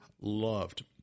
loved